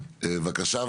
בבקשה,